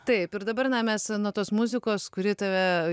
taip ir dabar na mes nuo tos muzikos kuri tave